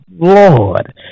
Lord